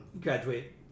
Graduate